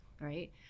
Right